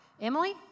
Emily